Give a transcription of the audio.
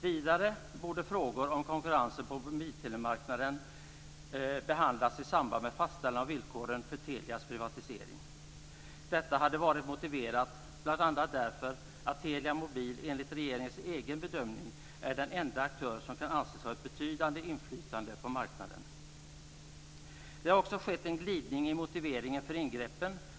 Vidare borde frågor om konkurrensen på mobiltelemarknaden behandlas i samband med fastställande av villkoren för Telias privatisering. Detta hade varit motiverat bl.a. därför att Telia Mobile enligt regeringens egen bedömning är den enda aktör som kan anses ha ett betydande inflytande på marknaden. Det har också skett en glidning i motiveringen för ingreppen.